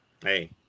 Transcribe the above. Hey